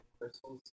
crystals